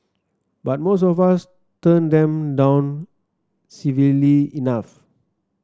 but most of us turn them down civilly enough